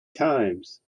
times